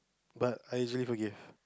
but I easily forgive